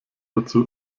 dazu